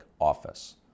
office